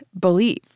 believe